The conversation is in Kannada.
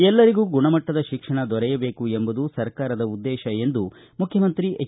ಎಲ್ಲರಿಗೂ ಗುಣಮಟ್ಟದ ಶಿಕ್ಷಣ ದೊರೆಯಬೇಕು ಎಂಬುದು ಸರ್ಕಾರದ ಉದ್ದೇಶ ಎಂದು ಮುಖ್ಯಮಂತ್ರಿ ಎಚ್